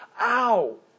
Ow